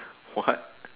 what